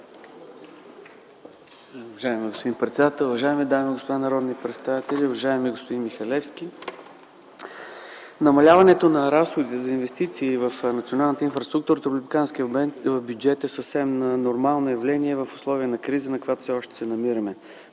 Уважаеми господин председател, уважаеми дами и господа народни представители, уважаеми господин Михалевски! Намаляването на разходите за инвестиции в националната инфраструктура от републиканския бюджет е съвсем нормално явление в условия на криза, в която все още се намираме.